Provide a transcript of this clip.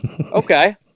Okay